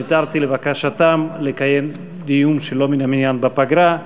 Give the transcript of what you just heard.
נעתרתי לבקשתם לקיים דיון שלא מן המניין בפגרה.